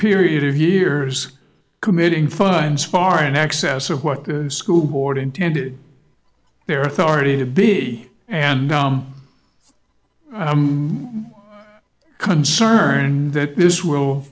period of years committing fines far in excess of what the school board intended their authority to be and i'm concerned that this will